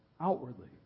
outwardly